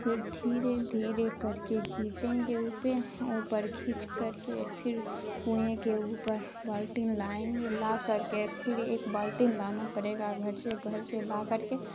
پھر دھیرے دھیرے کر کے کھینچیں گے اوپر اوپر کھینچ کر کے پھر کنویں کے اوپر بالٹی لائیں گے لا کر کے پھر ایک بالٹی لانا پڑے گا گھر سے گھر سے لا کر کے